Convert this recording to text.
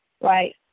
right